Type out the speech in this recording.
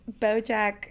bojack